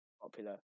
Popular